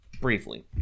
Briefly